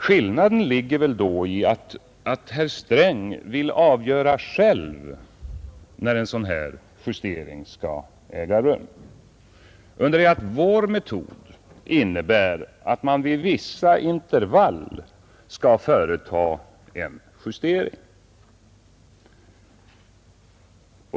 Skillnaden ligger väl då i att herr Sträng själv vill avgöra när en sådan justering skall äga rum, under det att vår metod innebär att man med vissa intervall skall företa en justering.